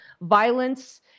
violence